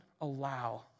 allow